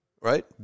Right